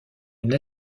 une